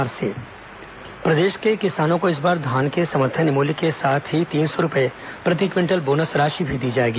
मंत्रिमंडल निर्णय प्रदेश के किसानों को इस बार धान के समर्थन मूल्य के साथ ही तीन सौ रूपये प्रति क्विंटल बोनस राशि दी जाएगी